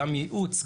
גם ייעוץ,